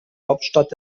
hauptstadt